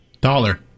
dollar